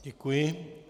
Děkuji.